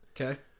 Okay